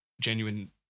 genuine